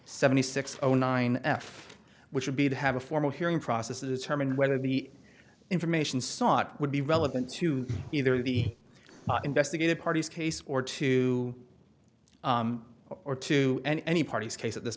seventy six zero nine f which would be to have a formal hearing process to determine whether the information sought would be relevant to either the investigative parties case or to or to any parties case at this